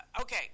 Okay